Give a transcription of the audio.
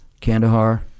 Kandahar